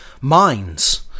minds